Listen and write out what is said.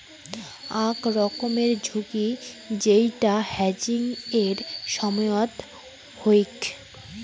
আক রকমের ঝুঁকি যেইটা হেজিংয়ের সময়ত হউক